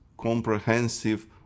comprehensive